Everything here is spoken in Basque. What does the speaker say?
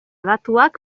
datuak